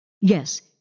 Yes